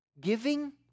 Giving